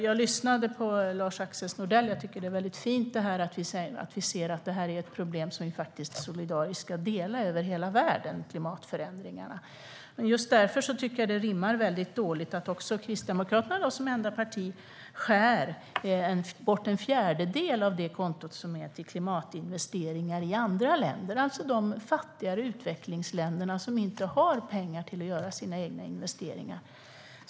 Jag lyssnade på Lars-Axel Nordell, och jag tycker att det är fint att vi inser att vi solidariskt över hela världen måste hjälpas åt med problemet med klimatförändringarna. Just därför tycker jag att det rimmar mycket illa att Kristdemokraterna som enda parti skär bort en fjärdedel av pengarna på kontot för klimatinvesteringar i andra länder, alltså de fattigare utvecklingsländerna som inte har pengar för att göra sina egna investeringar.